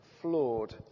flawed